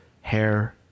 hair